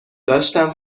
داشتم